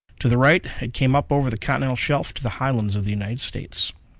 to the right, it came up over the continental shelf to the highlands of the united states.